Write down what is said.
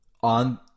on